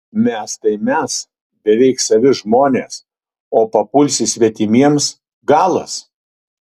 mes tai mes beveik savi žmonės o papulsi svetimiems galas